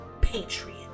patriot